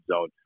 zone